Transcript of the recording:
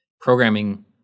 programming